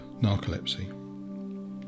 narcolepsy